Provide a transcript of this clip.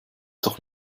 doch